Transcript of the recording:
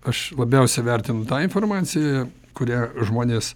aš labiausia vertinu tą informaciją kurią žmonės